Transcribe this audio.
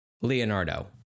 Leonardo